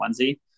onesie